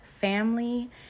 family